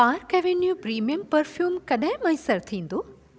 park Avenue premium perfume कॾहिं मुयसरु थींदो